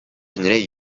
енре